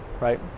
right